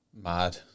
Mad